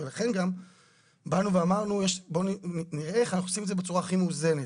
ולכן אמרנו בואו נראה איך אנחנו עושים את זה בצורה הכי מאוזנת.